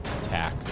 attack